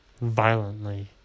violently